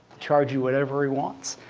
charge you whatever he wants.